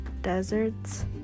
deserts